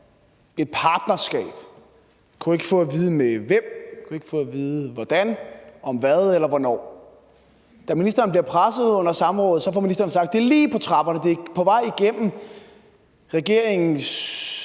et partnerskab. Vi kunne ikke få at vide med hvem, vi kunne ikke få at vide hvordan, om hvad eller hvornår. Da ministeren under samrådet bliver presset, får ministeren sagt, at det er lige på trapperne, at det er på vej igennem regeringens